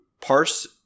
parse